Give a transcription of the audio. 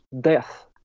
death